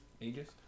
Ages